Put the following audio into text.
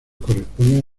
corresponden